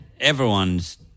everyone's